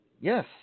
Yes